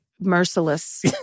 merciless